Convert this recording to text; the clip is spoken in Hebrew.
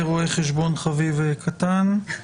רואה חשבון חביב קטן.